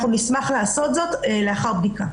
אנחנו נשמח לעשות זאת לאחר בדיקה.